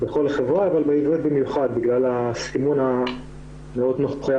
בכל חברה אבל בעברית במיוחד בגלל הסימון המאוד נוכח,